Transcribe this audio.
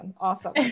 Awesome